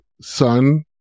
son